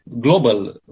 global